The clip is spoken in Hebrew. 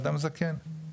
אדם זקן,